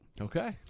Okay